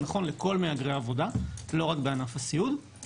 זה נכון לכל מהגרי העבודה, לא רק בענף הסיעוד.